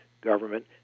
government